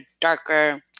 darker